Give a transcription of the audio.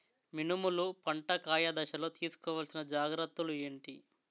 మినుములు పంట కాయ దశలో తిస్కోవాలసిన జాగ్రత్తలు ఏంటి?